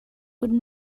would